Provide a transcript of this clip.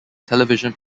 television